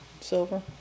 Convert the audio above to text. silver